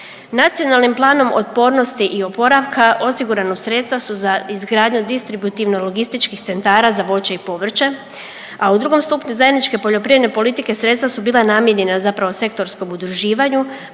Nacionalnim planom otpornosti i oporavka osigurano sredstava su za izgradnju distributivno logističkih centara za voće i povrće, a u drugom stupnju zajedničke poljoprivredne politike sredstva su bila namijenjena zapravo sektorskom udruživanju